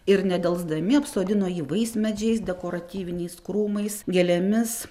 ir nedelsdami apsodino jį vaismedžiais dekoratyviniais krūmais gėlėmis